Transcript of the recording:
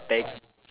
tag